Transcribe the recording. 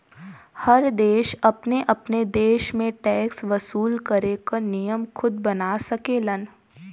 हर देश अपने अपने देश में टैक्स वसूल करे क नियम खुद बना सकेलन